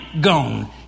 gone